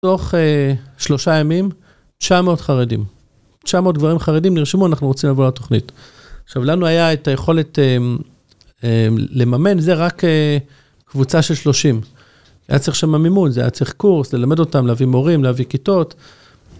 תוך שלושה ימים 900 חרדים, 900 גברים חרדים נרשמו, אנחנו רוצים לבוא לתוכנית. עכשיו לנו היה את היכולת לממן, זה רק קבוצה של שלושים. היה צריך שם מימון, זה היה צריך קורס ללמד אותם, להביא מורים, להביא כיתות.